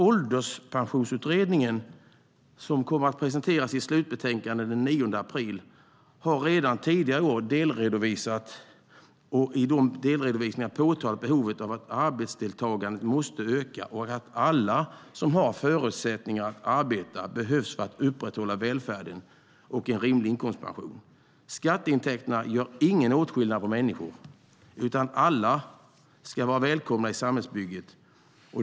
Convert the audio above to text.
Ålderspensionsutredningen, som kommer att presentera sitt slutbetänkande den 9 april, har redan tidigare i år i delredovisningar påtalat behovet av att arbetsdeltagandet måste öka och att alla som har förutsättningar att arbeta behövs för att upprätthålla välfärden och en rimlig inkomstpension. Skatteintäkterna gör ingen åtskillnad på människor, utan alla ska vara välkomna i samhällsbygget.